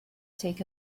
take